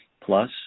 plus